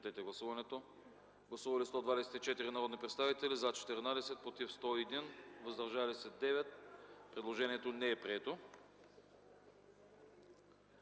Гласували 124 народни представители: за 14, против 101, въздържали се 9. Предложението не е прието.